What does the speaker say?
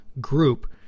group